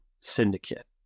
syndicate